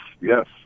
yes